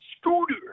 Scooter